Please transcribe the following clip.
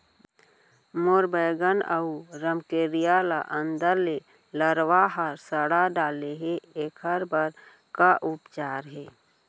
मोर बैगन अऊ रमकेरिया ल अंदर से लरवा ह सड़ा डाले हे, एखर बर का उपचार हे?